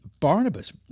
Barnabas